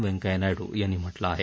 व्यकंय्या नायडू यांनी म्हटलं आहे